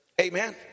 amen